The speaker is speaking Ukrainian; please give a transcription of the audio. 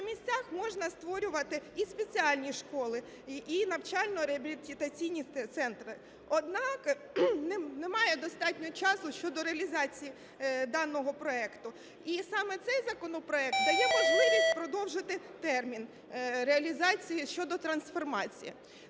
на місцях можна створювати і спеціальні школи, і навчально-реабілітаційні центри. Однак, немає достатньо часу щодо реалізації даного проекту, і саме цей законопроект дає можливість продовжити термін реалізації щодо трансформації.